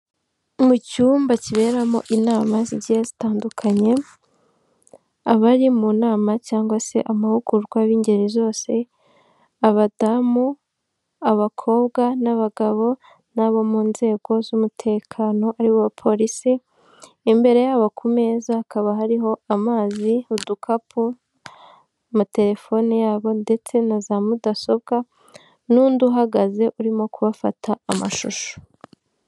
Mu cyumba kiberamo inama zigiye zitandukanye, abari mu nama cyangwa se amahugurwa b'ingeri zose, abadamu, abakobwa n'abagabo n'abo mu nzego z'umutekano aribo polisi, imbere yabo ku meza hakaba hariho amazi, udukapu amatelefone yabo ndetse na za mudasobwa n'undi uhagaze urimo kubafata amashusho.